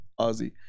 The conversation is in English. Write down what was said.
Ozzy